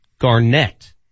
Garnett